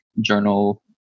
journal